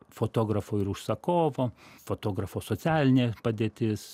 fotografo ir užsakovo fotografo socialinė padėtis